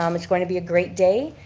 um it's going to be a great day.